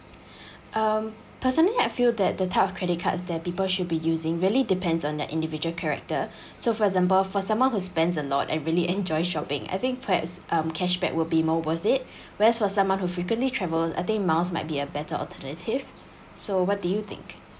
um personally I feel that the type of credit cards that people should be using really depends on their individual character so for example for someone who spends a lot and really enjoy shopping I think perhaps um cashback will be more worth it whereas for someone who frequently travel I think miles might be a better alternative so what do you think